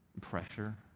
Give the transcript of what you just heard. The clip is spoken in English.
pressure